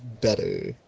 better